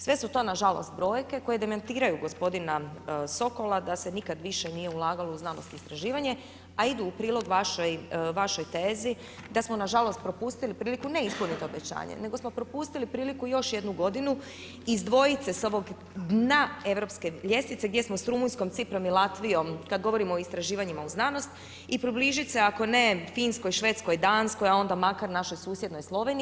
Sve su to na žalost brojke koje demantiraju gospodina Sokola da se nikad više nije ulagalo u znanost i istraživanje, a idu u prilog vašoj tezi da smo na žalost propustili priliku ne ispunit obećanje, nego smo propustili priliku još jednu godinu izdvojit se sa ovog dna europske ljestvice gdje smo s Rumunjskom, Ciprom i Latvijom kad govorimo o istraživanjima u znanost i približit se ako ne Finskoj, Švedskoj, Danskoj, a onda makar našoj susjednoj Sloveniji.